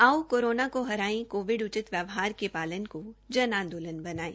आओ कोरोना को हराए कोविड उचित व्यवहार के पालन को जन आंदोलन बनायें